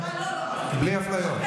בלי אפליות.